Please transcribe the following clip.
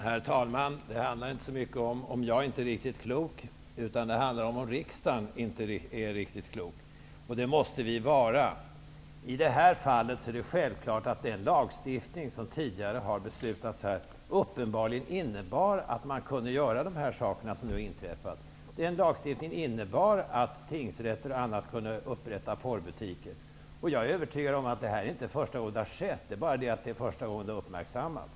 Herr talman! Det handlar inte om huruvida jag är riktigt klok, utan det handlar om huruvida riksdagen är riktigt klok. Det måste vi dock vara. I det här fallet är det självklart att den lagstiftning som tidigare här har beslutats uppenbarligen innebar att det som nu har inträffat var tillåtet. Denna lagstiftning innebar att tingsrätter kunde inrätta porrbutiker. Jag är övertygad om att detta inte är första gången som det har skett. Det är bara det att det är första gången som det har uppmärksammats.